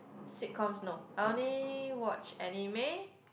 sitcoms no I only watch anime